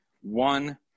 one